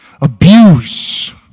Abuse